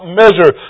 measure